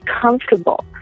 comfortable